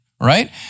right